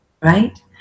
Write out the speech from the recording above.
right